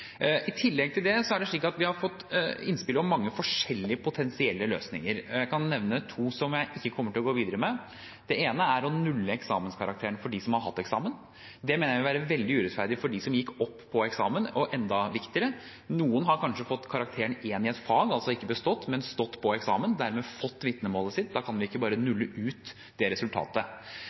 I tillegg til det har vi fått innspill om mange forskjellige potensielle løsninger, og jeg kan nevne to som jeg ikke kommer til å gå videre med. Det ene er å nulle eksamenskarakteren for dem som har hatt eksamen. Det mener jeg vil være veldig urettferdig for dem som gikk opp på eksamen, og enda viktigere: Noen har kanskje fått karakteren 1 i ett fag, altså ikke bestått, men stått på eksamen og dermed fått vitnemålet sitt. Da kan vi ikke bare nulle ut det resultatet.